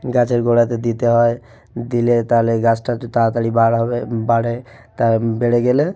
গাছের গোড়াতে দিতে হয় দিলে তাহলে গাছটা একটু তাড়াতাড়ি বাড় হবে বাড়ে তা বেড়ে গেলে